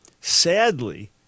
Sadly